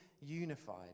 unified